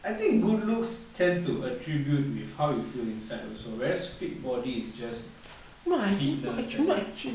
I think good looks tend to attribute with how you feel inside also whereas fit body is just fitness eh